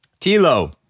Tilo